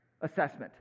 assessment